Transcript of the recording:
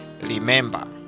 Remember